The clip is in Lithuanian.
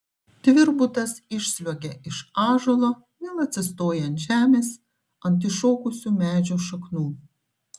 tvirbutas išsliuogia iš ąžuolo vėl atsistoja ant žemės ant iššokusių medžio šaknų